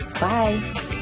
bye